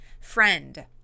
Friend